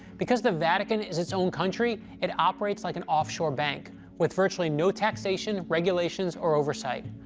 because the vatican is its own country, it operates like an offshore bank with virtually no taxation, regulations, or oversight.